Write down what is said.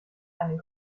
einen